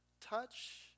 touch